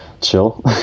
chill